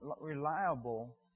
reliable